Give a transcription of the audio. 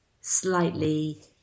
slightly